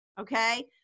okay